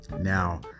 Now